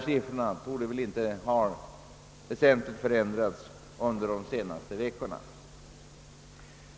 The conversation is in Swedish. Siffrorna torde inte ha ändrats väsentligt under de senaste veckorna.